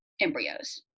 embryos